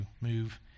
move